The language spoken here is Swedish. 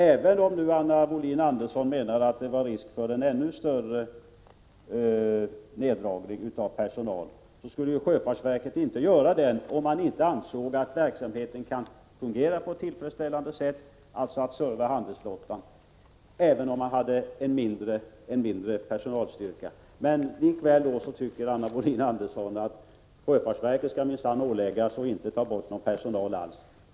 Även om Anna Wohlin-Andersson menade att det fanns risk för en ännu större neddragning av personal, skulle sjöfartsverket inte göra en sådan om man inte ansåg att verksamheten kunde fortgå på ett tillfredsställande sätt, dvs. att ge service åt handelsflottan, med en mindre personalstyrka. Likväl tycker Anna Wohlin-Andersson att sjöfartsverket minsann skall åläggas att inte alls ta bort någon personal.